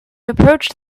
approached